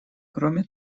кроме